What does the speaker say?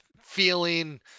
feeling